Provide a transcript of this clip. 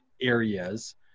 areas